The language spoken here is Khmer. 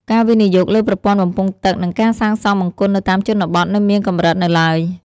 ការវិនិយោគលើប្រព័ន្ធបំពង់ទឹក និងការសាងសង់បង្គន់នៅតាមជនបទនៅមានកម្រិតនៅឡើយ។